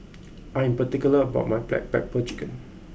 I am particular about my Black Pepper Chicken